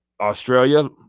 Australia